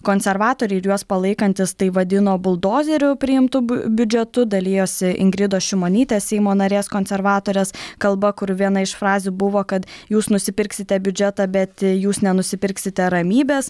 konservatoriai ir juos palaikantys tai vadino buldozeriu priimtu biudžetu dalijosi ingridos šimonytės seimo narės konservatorės kalba kur viena iš frazių buvo kad jūs nusipirksite biudžetą bet jūs nenusipirksite ramybės